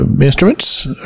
instruments